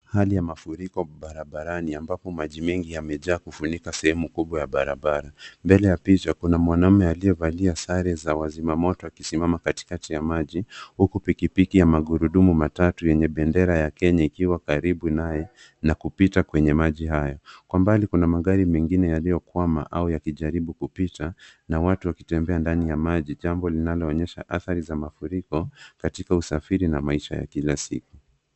Hali ya mafuriko barabarani, ambapo kufunika sehemu kubwa ya barabara. Mbele ya picha, kuna mwanaume aliyevalia sare za wazima moto akisimama katikati ya maji, huku pikipiki ya magurudumu matatu yenye bendera ya Kenya ikiwa karibu naye, na kupita kwenye maji hayo. Kwa mbali kuna magari mengine yaliyokwama au yakijaribu kupita, na watu wakitembea ndani ya maji, jambo linaloonyesha athari za mafuriko katika usafiri na maisha ya kila siku.